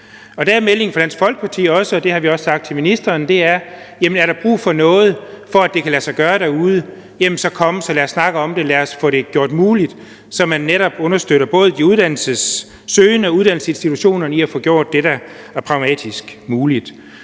Der er meldingen fra Dansk Folkeparti også – og det har vi også sagt til ministeren – at er der brug for noget, for at det kan lade sig gøre derude, jamen så kom, og så lad os snakke om det. Lad os få det gjort muligt, så man netop understøtter både de uddannelsessøgende og uddannelsesinstitutionerne i at få gjort det, der er pragmatisk muligt.